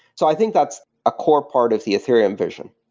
so i think that's a core part of the ethereum version.